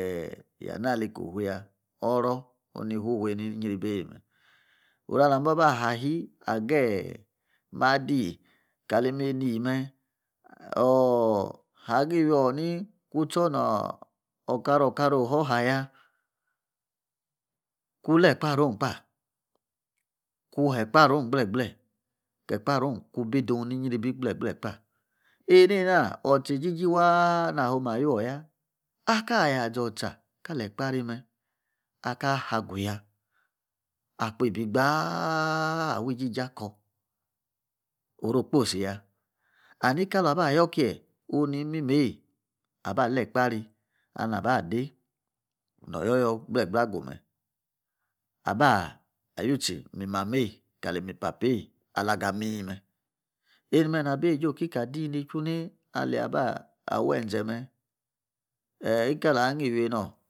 eh!yana-alikowuya oro oni fufia nyiri-ibie me ora mbaa ba aha hayi agie madi kali manie me ooh! agi iwior ni kontsor not okara. okara hor ha ya kun la Ekpaariowi kpaa kon ha Ekpaariown gble. gble ki Ekpaariown kon bi dune niyiri bi gble gble kpa Enina otsa egigi waa nayam ayorya aka aya ȝortsa kali Ekpaari me aka hagu ya akpebi gbaa awu igigi akor orokposi iya anikali waba yor kie alu imimie abale Ekpaari ali nabade nor oyoyor gble gble agume aba ayutsi imamel kali papei alaga mii me enime na ba wei ejiekikor adii na-chu nii alia ba wenȝe me nikali waa ngii iwinor